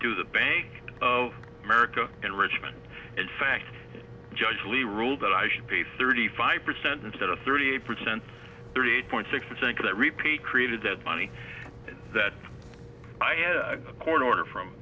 to the bank of america in richmond in fact judge lee ruled that i should pay thirty five percent instead of thirty eight percent thirty eight point six percent that repeat created that money that court order from